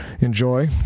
enjoy